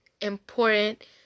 important